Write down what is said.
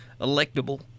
electable